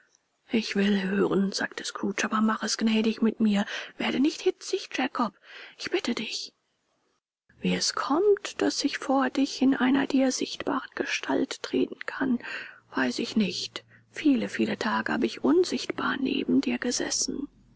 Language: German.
ich will hören sagte scrooge aber mache es gnädig mit mir werde nicht hitzig jakob ich bitte dich wie es kommt daß ich vor dich in einer dir sichtbaren gestalt treten kann weiß ich nicht viele viele tage habe ich unsichtbar neben dir gesessen